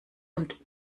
und